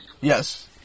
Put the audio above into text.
Yes